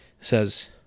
says